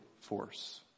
force